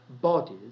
bodies